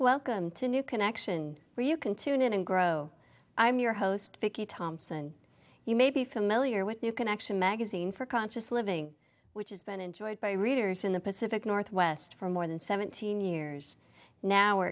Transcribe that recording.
new connection where you can tune in and grow i'm your host vicky thompson you may be familiar with new connection magazine for conscious living which has been enjoyed by readers in the pacific northwest for more than seventeen years now